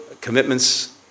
commitments